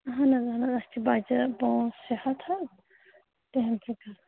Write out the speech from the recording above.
آہَن حظ آہَن حظ اَسہِ چھِ بَچہِ پانٛژھ شےٚ ہَتھ حظ تِہٕنٛدی خٲطرٕ